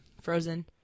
Frozen